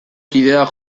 kideak